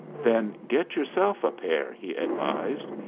then get yourself a pair, he advised.